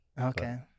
Okay